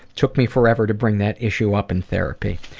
took me forever to bring that issue up in therapy.